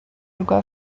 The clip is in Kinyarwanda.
rwa